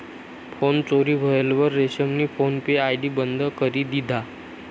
phone चोरी व्हयेलवर रमेशनी फोन पे आय.डी बंद करी दिधा